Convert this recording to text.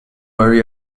worry